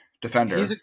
Defender